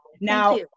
now